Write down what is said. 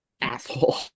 asshole